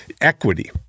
equity